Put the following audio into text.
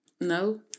no